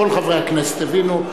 כל חברי הכנסת הבינו.